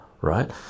right